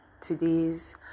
today's